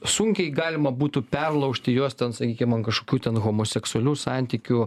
sunkiai galima būtų perlaužti juos ten sakykim ant kažkokių ten homoseksualių santykių